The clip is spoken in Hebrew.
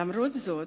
למרות זאת,